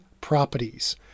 properties